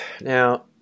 now